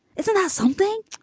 isn't that something?